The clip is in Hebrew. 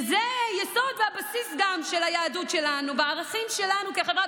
זה היסוד וגם הבסיס של היהדות שלנו ושל הערכים שלנו כחברה,